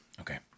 Okay